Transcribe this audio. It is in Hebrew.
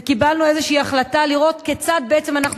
וקיבלנו איזושהי החלטה לראות כיצד בעצם אנחנו